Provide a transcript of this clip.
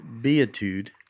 Beatitude